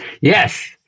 Yes